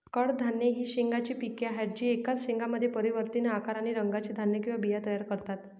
कडधान्ये ही शेंगांची पिके आहेत जी एकाच शेंगामध्ये परिवर्तनीय आकार आणि रंगाचे धान्य किंवा बिया तयार करतात